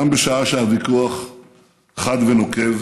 גם בשעה שהוויכוח חד ונוקב.